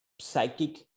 psychic